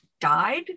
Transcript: died